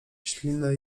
ślinę